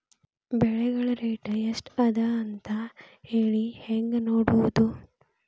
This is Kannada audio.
ಬೆಳೆಗಳ ರೇಟ್ ಎಷ್ಟ ಅದ ಅಂತ ಹೇಳಿ ಹೆಂಗ್ ನೋಡುವುದು?